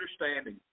understanding